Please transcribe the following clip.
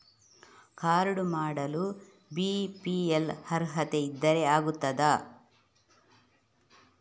Card ಮಾಡಲು BPL ಅರ್ಹತೆ ಇದ್ದರೆ ಆಗುತ್ತದ?